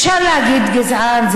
אפשר להגיד גזעני,